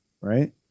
right